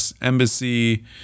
embassy